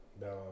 No